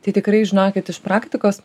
tai tikrai žinokit iš praktikos